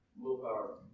Willpower